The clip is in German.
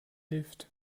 lift